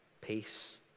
peace